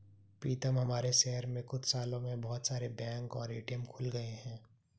पीतम हमारे शहर में कुछ सालों में बहुत सारे बैंक और ए.टी.एम खुल गए हैं